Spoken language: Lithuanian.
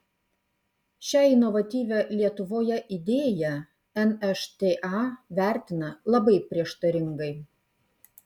šią inovatyvią lietuvoje idėją nšta vertina labai prieštaringai